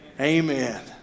Amen